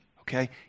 okay